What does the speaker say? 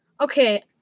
Okay